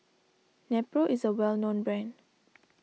Nepro is a well known brand